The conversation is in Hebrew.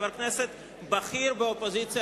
חבר כנסת בכיר באופוזיציה,